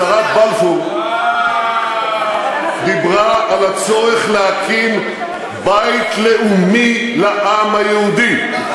הצהרת בלפור דיברה על הצורך להקים בית לאומי לעם היהודי,